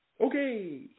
Okay